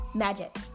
Magic